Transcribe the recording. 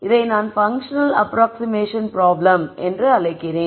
இதை நான் function approximation problem என்று அழைக்கிறேன்